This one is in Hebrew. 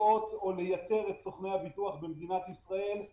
לראות או לייצג את סוכני הביטוח במדינת ישראל.